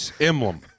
Emblem